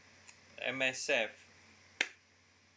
M_S_F